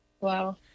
Wow